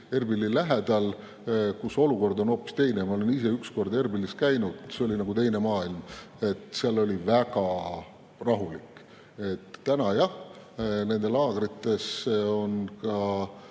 Erbili lähedal, kus olukord on hoopis teine. Ma olen ise ühe korra Erbilis käinud, see oli nagu teine maailm. Seal oli väga rahulik. Täna, jah, nende laagrites on ka